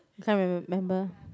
you can't remember